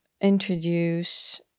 introduce